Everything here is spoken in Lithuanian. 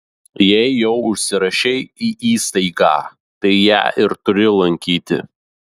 jei jau užsirašei į įstaigą tai ją ir turi lankyti